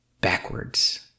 backwards